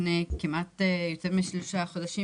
לפני יותר משלושה חודשים,